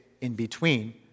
in-between